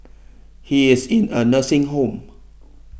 he is in a nursing home